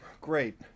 great